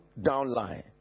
downline